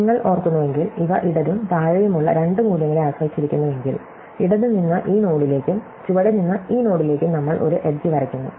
നിങ്ങൾ ഓർക്കുന്നുവെങ്കിൽ ഇവ ഇടതും താഴെയുമുള്ള രണ്ട് മൂല്യങ്ങളെ ആശ്രയിച്ചിരിക്കുന്നുവെങ്കിൽ ഇടത് നിന്ന് ഈ നോഡിലേക്കും ചുവടെ നിന്ന് ഈ നോഡിലേക്കും നമ്മൾ ഒരു എഡ്ജ് വരയ്ക്കുന്നു